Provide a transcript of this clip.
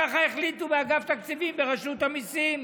ככה החליטו באגף תקציבים ברשות המיסים.